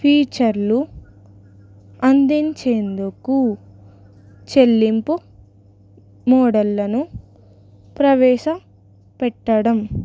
ఫీచర్లు అందించేందుకు చెల్లింపు మోడళ్లను ప్రవేశ పెట్టడం